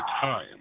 time